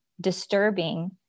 disturbing